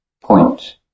point